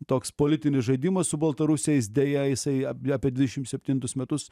toks politinis žaidimas su baltarusiais deja jisai ap apie dvidešim septintus metus